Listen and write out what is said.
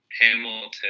Hamilton